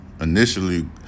Initially